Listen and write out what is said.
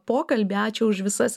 pokalbį ačiū už visas